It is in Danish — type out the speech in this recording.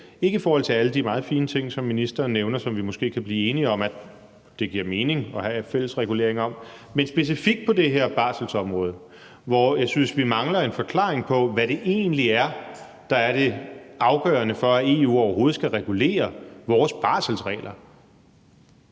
ikke i forhold til alle de meget fine ting, som ministeren nævner, og som vi måske kan blive enige om giver mening at have fælles regulering af, men specifikt på det her barselsområde, hvor jeg synes vi mangler en forklaring på, hvad det egentlig er, der er det afgørende for, at EU overhovedet skal regulere vores barselsregler.